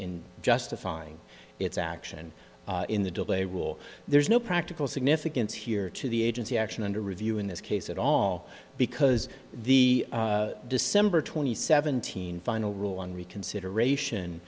in justifying its action in the delay will there's no practical significance here to the agency action under review in this case at all because the december twenty seven thousand final rule on reconsideration